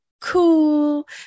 cool